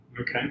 Okay